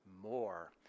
more